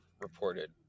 reported